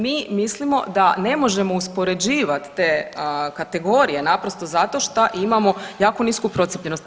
Mi mislimo da ne možemo uspoređivati te kategorije naprosto zato šta imamo jako nisku procijepljenost.